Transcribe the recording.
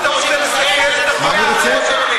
אתם רוצים לסיים את החוק הזה?